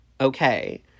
Okay